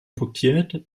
punktiert